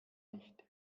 nicht